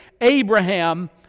Abraham